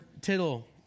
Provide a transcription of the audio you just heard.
tittle